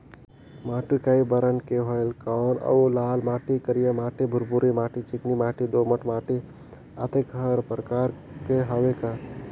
माटी कये बरन के होयल कौन अउ लाल माटी, करिया माटी, भुरभुरी माटी, चिकनी माटी, दोमट माटी, अतेक हर एकर प्रकार हवे का?